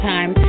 Time